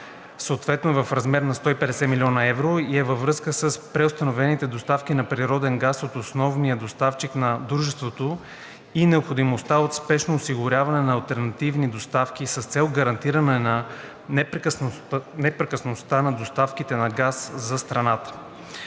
съответно е в размер на 150 млн. евро и е във връзка с преустановените доставки на природен газ от основния доставчик на дружеството и необходимостта от спешно осигуряване на алтернативни доставки, с цел гарантиране на непрекъснатостта на доставките на газ за страната.